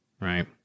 Right